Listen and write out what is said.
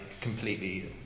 completely